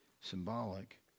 symbolic